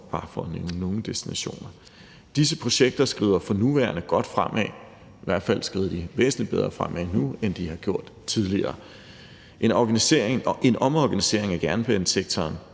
bare for at nævne nogle destinationer. Disse projekter skrider for nuværende godt fremad. I hvert fald skrider de væsentlig bedre fremad nu, end de har gjort tidligere. En omorganisering af jernbanesektoren